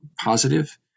positive